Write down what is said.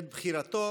את בחירתו